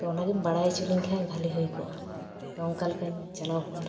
ᱛᱚ ᱚᱱᱟᱜᱮᱢ ᱵᱟᱲᱟᱭ ᱚᱪᱚ ᱞᱤᱧ ᱠᱷᱟᱱ ᱵᱷᱟᱹᱞᱤ ᱦᱩᱭ ᱠᱚᱜᱼᱟ ᱛᱚ ᱚᱱᱠᱟ ᱞᱮᱠᱟᱧ ᱪᱟᱞᱟᱣ ᱠᱚᱜᱼᱟ ᱟᱨᱠᱤ